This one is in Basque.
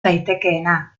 daitekeena